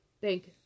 Thank